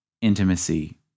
intimacy